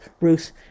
Ruth